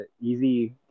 easy